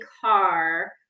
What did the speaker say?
car